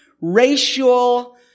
racial